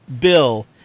Bill